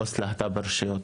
לעו״ס להט״ב ברשויות,